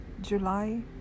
July